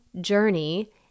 journey